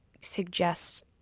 suggests